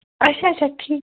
اچھا اچھا ٹھیٖک